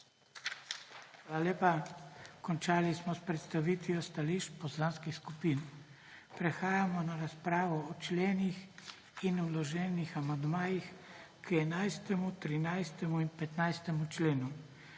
lepa. Končali smo s predstavitvijo stališč poslanskih skupin. Prehajamo na razpravo o členih in vloženih amandmajih k 11., 13. in 15. členu.